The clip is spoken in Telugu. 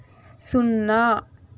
సున్నా